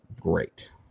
great